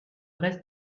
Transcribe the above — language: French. reste